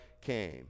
came